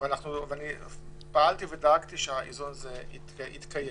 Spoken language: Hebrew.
ואני פעלתי ודאגתי שהאיזון הזה יתקיים.